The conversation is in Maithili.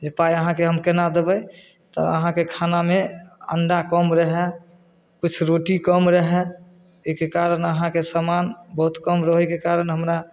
जे पाइ अहाँके हम केना देबै तऽ अहाँके खानामे अंडा कम रहए किछु रोटी कम रहए एहिके कारण अहाँके समान बहुत कम रहैके कारण हमरा